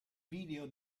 video